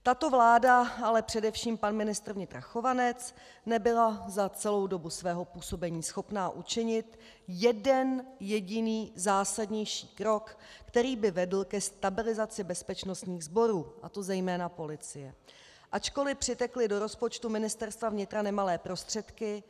Tato vláda, ale především pan ministr vnitra Chovanec, nebyla za celou dobu svého působení schopna učinit jeden jediný zásadnější krok, který by vedl ke stabilizaci bezpečnostních sborů, a to zejména policie, ačkoli přitekly do rozpočtu Ministerstva vnitra nemalé prostředky.